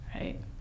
right